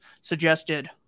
suggested